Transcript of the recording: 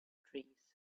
trees